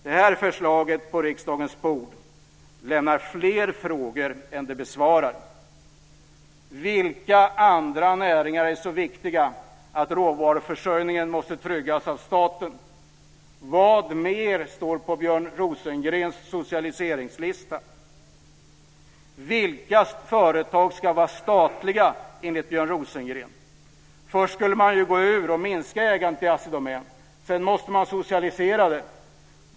Det här förslaget på riksdagens bord lämnar fler frågor än det besvarar. Vilka andra näringar är så viktiga att råvaruförsörjningen måste tryggas av staten? Vad mer står på Björn Rosengrens socialiseringslista? Vilka företag ska vara statliga enligt Björn Först skulle man ju gå ur och minska ägandet i Assi Domän, sedan måste man socialisera det.